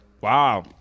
Wow